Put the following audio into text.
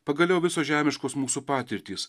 pagaliau visos žemiškos mūsų patirtys